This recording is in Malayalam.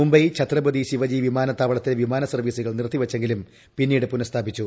മുംബൈ ഛത്രപതി ശിവജി വിമാനത്താവളത്തിലെ വിമാന സർവ്വീസുകൾ നിർത്തിവച്ചെങ്കിലും പിന്നീട് പുനസ്ഥാപിച്ചു